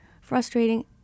frustrating